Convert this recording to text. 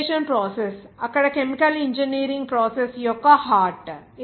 distillation process అక్కడ chemical engineering process యొక్క heart